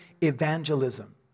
evangelism